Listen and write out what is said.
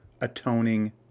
atoning